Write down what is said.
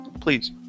Please